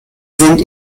sind